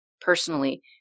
personally